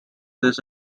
this